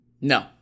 No